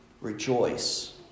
rejoice